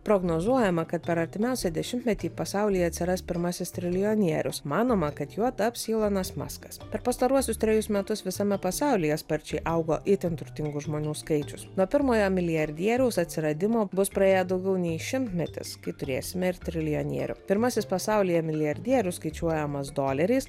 prognozuojama kad per artimiausią dešimtmetį pasaulyje atsiras pirmasis triljonierius manoma kad juo taps ilonas maskas per pastaruosius trejus metus visame pasaulyje sparčiai augo itin turtingų žmonių skaičius nuo pirmojo milijardieriaus atsiradimo bus praėję daugiau nei šimtmetis kai turėsime ir triljonierių pirmasis pasaulyje milijardierius skaičiuojamas doleriais